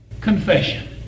confession